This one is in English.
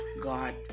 God